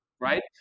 right